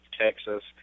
Texas